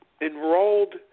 enrolled